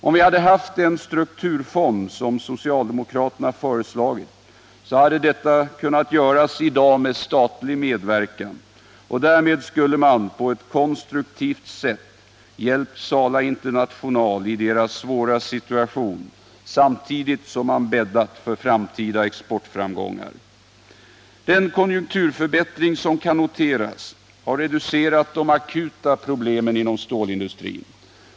Om vi hade haft en strukturfond, som socialdemokraterna föreslagit, hade detta kunnat göras i dag med statlig medverkan, och därmed skulle man på ett konstruktivt sätt ha hjälpt Sala International AB i dess svåra situation samtidigt som man bäddat för framtida exportframgångar. Den konjunkturförbättring som kan noteras har reducerat de akuta problemen inom stålindustrin.